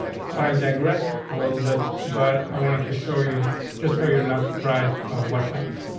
so i digress a little bit, but i wanted to show you just so you're not surprised of what's happening.